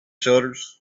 shutters